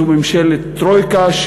זו ממשלת טרויקה,